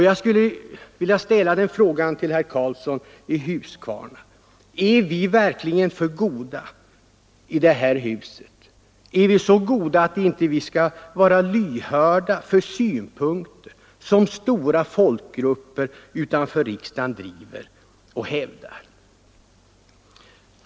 Jag skulle vilja fråga herr Karlsson: Är vi i det här huset verkligen för goda för att vara lyhörda för de synpunkter som stora folkgrupper utanför riksdagen driver och hävdar?